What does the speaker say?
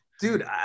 dude